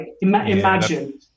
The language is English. imagine